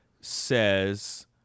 says